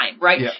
right